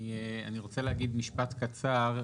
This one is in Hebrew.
אני רוצה להגיד משפט קצר,